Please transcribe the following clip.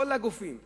כל הגופים כולם,